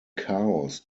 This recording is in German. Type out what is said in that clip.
chaos